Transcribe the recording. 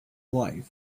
life